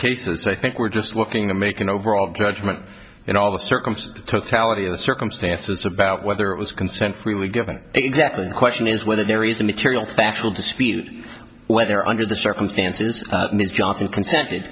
cases i think we're just looking to make an overall judgment in all the circumstances to tell of the circumstances about whether it was consent freely given exactly the question is whether there is a material factual dispute whether under the circumstances ms johnson consented